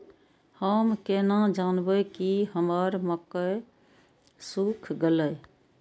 हम केना जानबे की हमर मक्के सुख गले?